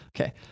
Okay